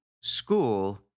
school